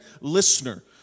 listener